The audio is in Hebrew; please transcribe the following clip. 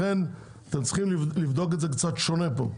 אתם צריכים לבדוק את זה קצת שונה פה.